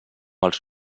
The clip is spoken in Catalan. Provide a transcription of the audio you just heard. els